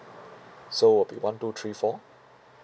so would be one two three four